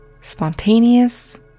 spontaneous